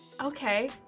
Okay